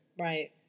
Right